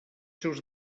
seus